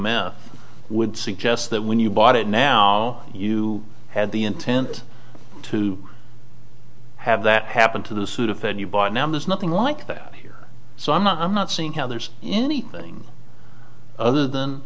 man would suggest that when you bought it now you had the intent to have that happen to the sudafed you by now there's nothing like that here so i'm not i'm not seeing how there's anything other than